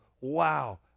Wow